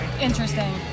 Interesting